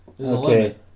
Okay